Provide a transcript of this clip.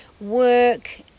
work